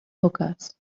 hookahs